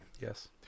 Yes